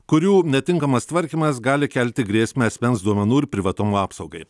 kurių netinkamas tvarkymas gali kelti grėsmę asmens duomenų ir privatumo apsaugai